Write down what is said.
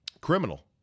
criminal